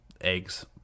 eggs